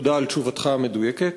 תודה על תשובתך המדויקת.